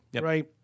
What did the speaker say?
right